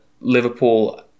Liverpool